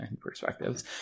perspectives